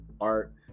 art